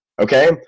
okay